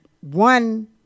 one